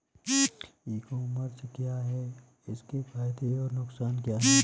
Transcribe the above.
ई commerce क्या है इसके फायदे और नुकसान क्या है?